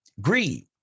Greed